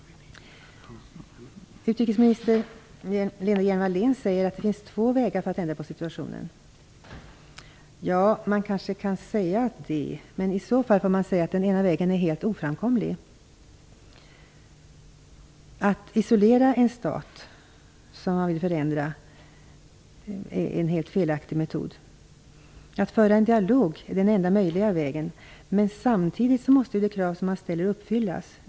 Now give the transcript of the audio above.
Utrikesminister Lena Hjelm-Wallén säger att det finns två vägar att ändra på situationen. Man kan kanske säga det, men i så fall får man säga att den ena vägen är helt oframkomlig. Att isolera en stat som man vill förändra är en helt felaktig metod. Att föra en dialog är den enda möjliga vägen. Men samtidigt måste ju de krav som ställs uppfyllas.